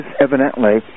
evidently